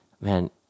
Man